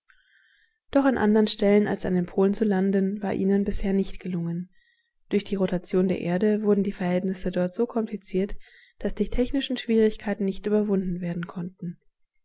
doch an andern stellen als an den polen zu landen war ihnen bisher nicht gelungen durch die rotation der erde wurden die verhältnisse dort so kompliziert daß die technischen schwierigkeiten nicht überwunden werden konnten